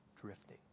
drifting